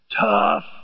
tough